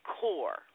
core